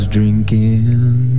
drinking